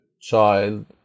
child